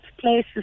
places